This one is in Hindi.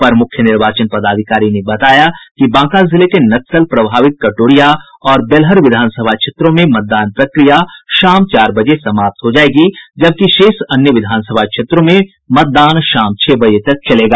अपर मूख्य निर्वाचन पदाधिकारी ने बताया कि बांका जिले के नक्सल प्रभावित कटोरिया और बेलहर विधानसभा क्षेत्रों में मतदान प्रक्रिया शाम चार बजे समाप्त हो जायेगी जबकि शेष अन्य विधानसभा क्षेत्रों में मतदान शाम छह बजे तक होगा